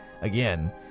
again